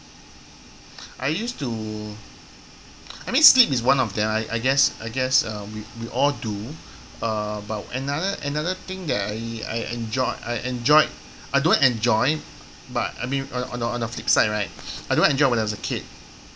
I used to I mean sleep is one of them I guess I guess uh we all do uh but another another thing that I I I enjoy I enjoyed I don't enjoy but I mean on a on a flip side right I don't enjoy when I was a kid